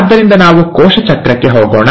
ಆದ್ದರಿಂದ ನಾವು ಕೋಶ ಚಕ್ರಕ್ಕೆ ಹೋಗೋಣ